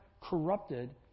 corrupted